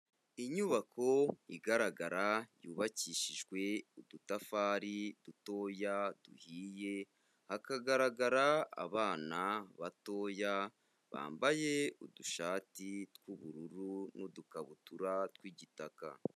Inyubako igaragara yubakishijwe udutafari dutoya duhiye, hakagaragara abana batoya bambaye udushati tw'ubururu n'udukabutura tw'igitaka.